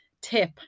tip